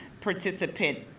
participant